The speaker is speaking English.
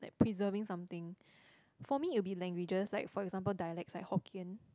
like preserving something for me it will be languages like for example dialects like Hokkien